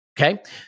Okay